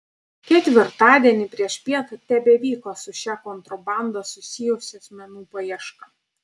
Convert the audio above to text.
ketvirtadienį priešpiet tebevyko su šia kontrabanda susijusių asmenų paieška